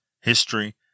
history